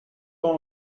pas